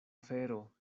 afero